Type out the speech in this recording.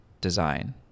design